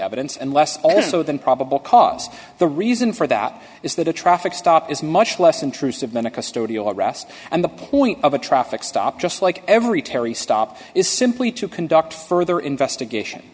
evidence and less also than probable cause the reason for that is that a traffic stop is much less intrusive than a custodial arrest and the point of a traffic stop just like every terry stop is simply to conduct further investigation